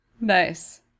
nice